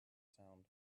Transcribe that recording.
sound